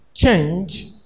Change